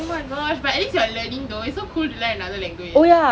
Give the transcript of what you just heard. oh my gosh but at least you're learning though it's so cool to learn another language